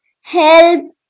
help